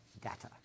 data